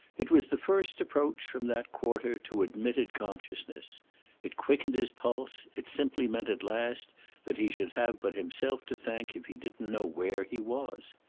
it was the first approach, from that quarter, to admitted consciousness it quickened his pulse it simply meant at last that he should have but himself to thank if he didn't know where he was.